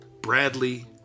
Bradley